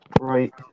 Right